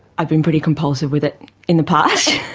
i've been pretty compulsive with it in the past,